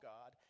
God